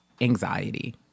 anxiety